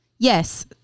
Yes